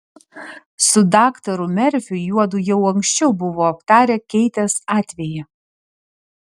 su daktaru merfiu juodu jau anksčiau buvo aptarę keitės atvejį